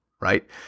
right